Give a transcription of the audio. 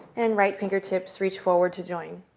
and right fingertips reach forward to join.